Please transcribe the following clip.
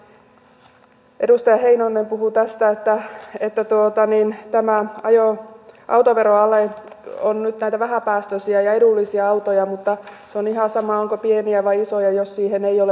tosiaan edustaja heinonen puhui tästä että tämä autoveroale koskee nyt näitä vähäpäästöisiä ja edullisia autoja mutta se on ihan sama onko pieniä vai isoja jos siihen ei ole varaa